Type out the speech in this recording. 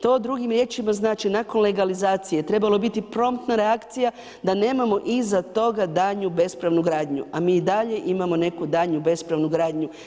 To drugim riječima znači nakon legalizacije trebala je biti promptna reakcija da nemamo iza toga daljnju bespravnu gradnju a mi i dalje imamo neku daljnju bespravnu gradnju.